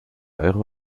euro